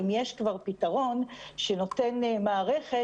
כפוף למשרד הבריאות ועובד ונותן לנו דוחות.